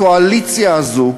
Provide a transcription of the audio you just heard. הקואליציה הזאת,